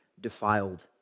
defiled